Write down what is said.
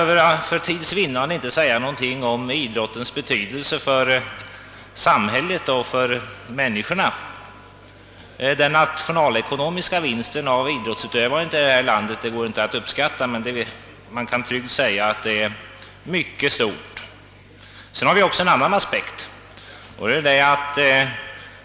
För att vinna tid behöver jag inte säga någonting om idrottens betydelse för samhället och för människorna. Den nationalekonomiska vinsten av idrottsutövandet här i landet går inte att uppskatta, men man kan tryggt säga att den är mycket stor. Sedan har vi en annan aspekt.